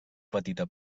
petita